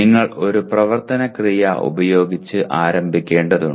നിങ്ങൾ ഒരു പ്രവർത്തന ക്രിയ ഉപയോഗിച്ച് ആരംഭിക്കേണ്ടതുണ്ട്